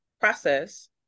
process